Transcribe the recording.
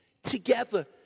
together